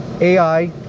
AI